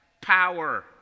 power